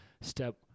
step